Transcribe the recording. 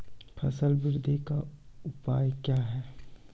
फसल बृद्धि का उपाय क्या हैं?